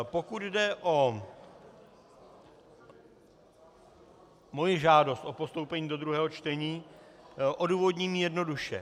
Pokud jde o moji žádost o postoupení do druhého čtení, odůvodním ji jednoduše.